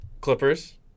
Clippers